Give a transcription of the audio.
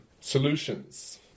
solutions